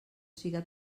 siga